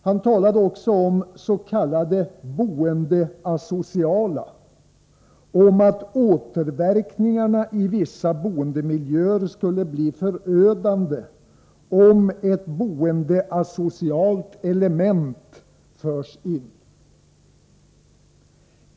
Han talade också om s.k. boendeasociala, om att återverkningarna i vissa boendemiljöer skulle bli förödande om ett boendeasocialt element förs in.